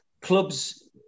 Clubs